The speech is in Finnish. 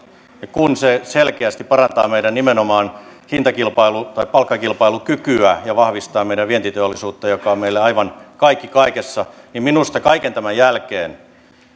kun se selkeästi parantaa nimenomaan meidän hintakilpailu tai palkkakilpailukykyämme ja vahvistaa meidän vientiteollisuuttamme joka on meille aivan kaikki kaikessa niin minusta kaiken tämän jälkeen